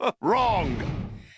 Wrong